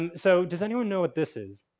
and so, does anyone know what this is?